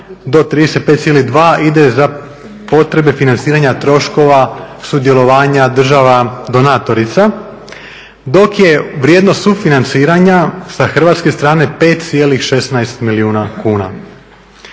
do 35,2 ide za potrebe financiranja troškova sudjelovanja država donatorica dok je vrijednost sufinanciranja sa hrvatske strane 5,16 milijuna kuna.